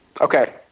Okay